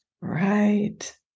Right